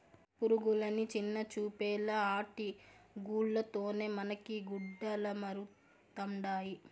పురుగులని చిన్నచూపేలా ఆటి గూల్ల తోనే మనకి గుడ్డలమరుతండాయి